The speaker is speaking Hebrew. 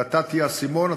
נתתי אסימון,